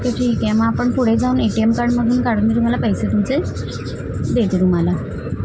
okay ठीक आहे म आपण पुढे जाऊन एटीएम ए टी एम कार्डमधून काढून तुम्हाला पैसे तुमचे देते तुम्हाला